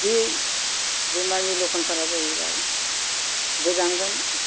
बे बेमारनि लखनफोरा जाहैबाय गोजांगोन